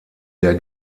der